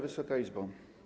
Wysoka Izbo!